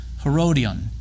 Herodion